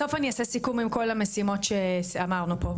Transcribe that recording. בסוף אני אעשה סיכום עם כל המשימות שעברנו פה.